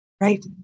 right